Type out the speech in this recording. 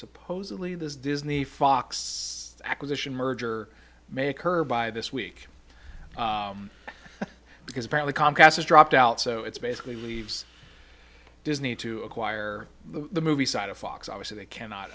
supposedly this disney fox acquisition merger may occur by this week because apparently comcast has dropped out so it's basically leaves disney to acquire the movie side of fox obviously they cannot